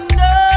no